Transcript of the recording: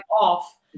off